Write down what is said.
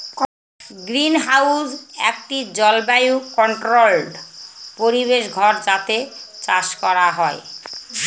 greenhouse একটি জলবায়ু controlled পরিবেশ ঘর যাতে চাষ করা হয়